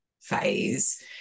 phase